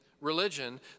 religion